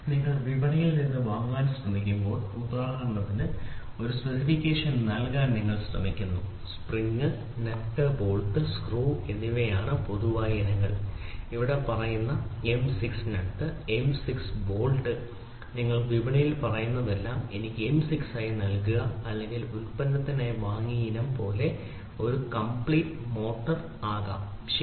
നിങ്ങൾ വിപണിയിൽ നിന്ന് വാങ്ങാൻ ശ്രമിക്കുമ്പോൾ ഉദാഹരണത്തിന് ഒരു സ്പെസിഫിക്കേഷൻ നൽകാൻ നിങ്ങൾ ശ്രമിക്കുന്നു സ്പ്രിംഗ് നട്ട് ബോൾട്ട് സ്ക്രൂ എന്നിവയാണ് പൊതുവായ ഇനങ്ങൾ ഇവിടെ പറയുന്നത് എം 6 നട്ട് എം 6 ബോൾട്ട് നിങ്ങൾ വിപണിയിൽ പറയുന്നതെല്ലാം എനിക്ക് എം 6 നൽകുക അല്ലെങ്കിൽ ഉൽപ്പന്നത്തിനായി വാങ്ങിയ ഇനം പോലും ഒരു കംപ്ലീറ്റ് മോട്ടോർ ആകാം ശരി